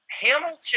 Hamilton